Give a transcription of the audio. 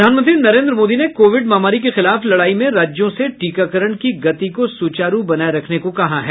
प्रधानमंत्री नरेंद्र मोदी ने कोविड महामारी के खिलाफ लडाई में राज्यों से टीकाकरण की गति को सुचारु बनाये रखने को कहा है